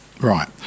Right